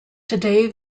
today